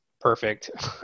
perfect